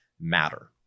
matter